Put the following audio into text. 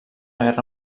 guerra